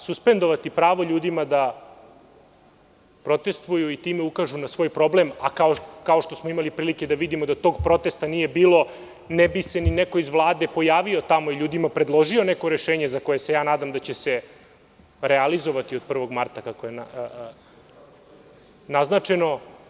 Suspendovati pravo ljudima da protestuju i time ukažu na svoj problem, kao što smo imali prilike da vidimo da tog protesta nije bilo, ne bi se neko iz Vlade pojavio tamo i ljudima predložio neko rešenje za koje se ja nadam da će se realizovati od 1. marta kako je naznačeno.